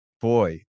boy